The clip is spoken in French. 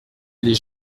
les